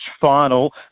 final